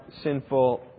sinful